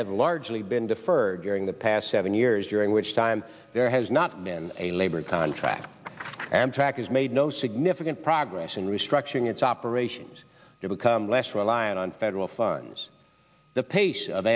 have largely been deferred during the past seven years during which time there has not been a labor contract amtrak has made no significant progress in restructuring its operations to become less reliant on federal funds the pace of